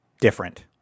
different